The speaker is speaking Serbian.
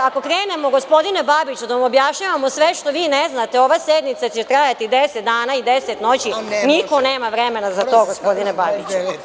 Ako krenemo da objašnjavamo sve što vi ne znate, ova sednica će trajati deset dana i noći, a niko nema vremena za to, gospodine Babiću.